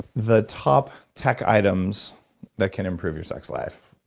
the top tech items that can improve your sex life.